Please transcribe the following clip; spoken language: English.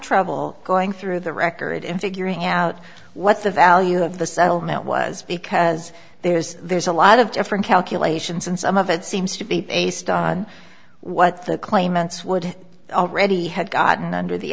trouble going through the record in figuring out what the value of the settlement was because there is there's a lot of different calculations and some of it seems to be based on what the claimants would already have gotten under the